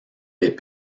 les